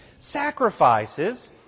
sacrifices